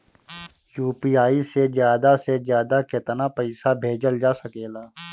UPI से ज्यादा से ज्यादा केतना पईसा भेजल जा सकेला?